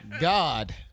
God